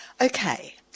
Okay